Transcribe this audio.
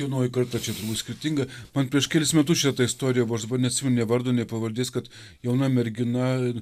jaunoji karta čia turbūt skirtinga man prieš kelis metus šita ta istorija buvo aš dabar neatsimenu nei vardo nei pavardės kad jauna mergina